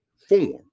form